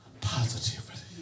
positivity